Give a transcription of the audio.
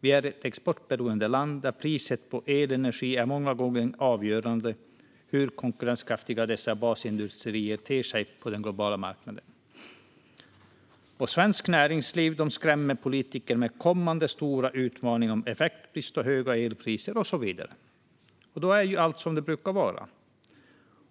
Vi är ett exportberoende land, där priset på elenergi många gånger är avgörande för hur konkurrenskraftiga våra basindustrier ter sig på den globala marknaden. Svenskt Näringsliv skrämmer politikerna med kommande stora utmaningar som effektbrist, höga elpriser och så vidare. Då är ju allt som det brukar vara.